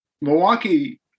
Milwaukee